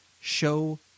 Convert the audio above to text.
Show